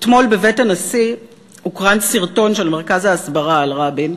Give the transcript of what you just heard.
אתמול בבית הנשיא הוקרן סרטון של מרכז ההסברה על רבין,